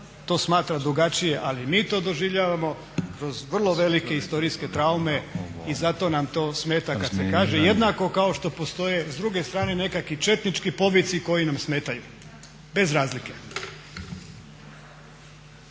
to smatra drugačije, ali mi to doživljavamo kroz vrlo velike historijske traume i zato nam to smeta kad se kaže. Jednako kao što postoje s druge strane nekaki četnički povici koji nam smetaju bez razlike.